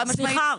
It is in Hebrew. חד-משמעית.